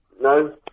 No